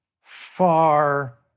far